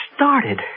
started